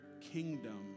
kingdom